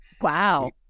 Wow